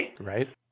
Right